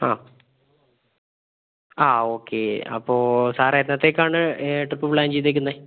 ആ ആ ഓക്കെ അപ്പോൾ സാർ എന്നത്തേക്കാണ് ട്രിപ്പ് പ്ലാൻ ചെയ്തിരിക്കുന്നത്